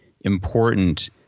important